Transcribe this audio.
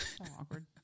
awkward